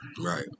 Right